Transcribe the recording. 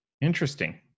Interesting